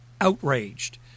outraged